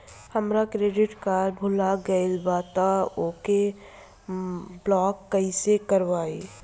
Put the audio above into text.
हमार credit card भुला गएल बा त ओके ब्लॉक कइसे करवाई?